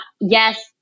yes